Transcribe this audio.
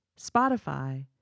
Spotify